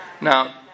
Now